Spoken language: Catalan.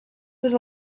fes